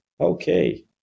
Okay